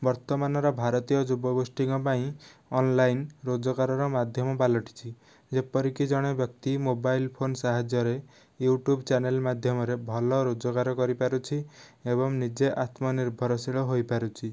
ବର୍ତ୍ତମାନର ଭାରତୀୟ ଯୁବଗୋଷ୍ଠିଙ୍କ ପାଇଁ ଅନଲାଇନ ରୋଜଗାରର ମାଧ୍ୟମ ପାଲଟିଛି ଯେପରିକି ଜଣେ ବ୍ୟକ୍ତି ମୋବାଇଲ ଫୋନ ସାହାଯ୍ୟରେ ୟୁଟ୍ୟୁବ ଚ୍ୟାନେଲ ମାଧ୍ୟମରେ ଭଲ ରୋଜଗାର କରିପାରୁଛି ଏବଂ ନିଜେ ଆତ୍ମ ନିର୍ଭରଶୀଳ ହୋଇପାରୁଛି